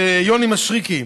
ליוני משריקי,